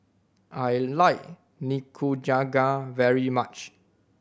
I like Nikujaga very much